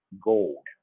gold